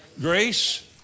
grace